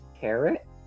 carrot